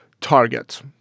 target